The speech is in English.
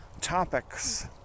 topics